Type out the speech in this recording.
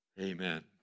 Amen